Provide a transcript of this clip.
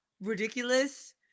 ridiculous